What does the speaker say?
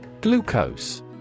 Glucose